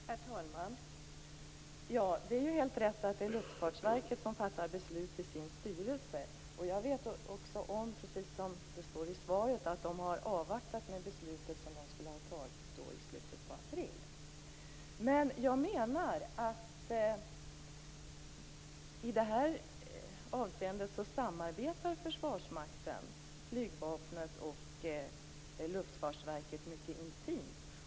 Herr talman! Det är helt rätt att det är Luftfartsverket som fattar beslut i sin styrelse. Jag vet också, precis som det står i svaret, att Luftfartsverket har avvaktat med det beslut som skulle ha fattats i slutet av april. Men jag menar att Försvarsmakten, flygvapnet och Luftfartsverket samarbetar mycket intimt i detta avseende.